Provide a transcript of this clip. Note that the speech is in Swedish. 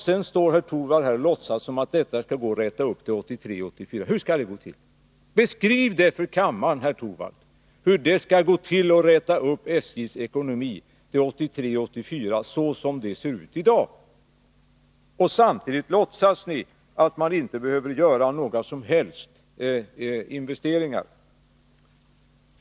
Sedan står herr Torwald här och låtsas som om detta skulle gå att reda upp till 1983 84, så som den ser ut i dag! Samtidigt låtsas ni att man inte behöver göra några som helst investeringar.